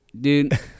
Dude